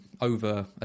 over